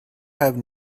have